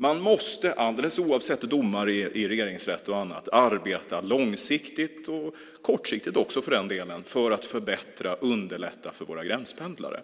Man måste alldeles oavsett domar i regeringsrätt och annat arbeta långsiktigt, och kortsiktigt också för den delen, för att förbättra och underlätta för våra gränspendlare.